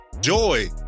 joy